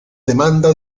demanda